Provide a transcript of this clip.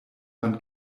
man